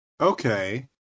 Okay